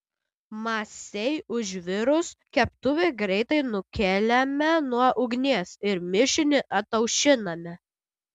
masei užvirus keptuvę greitai nukeliame nuo ugnies ir mišinį ataušiname